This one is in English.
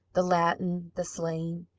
the latin, the sleighing,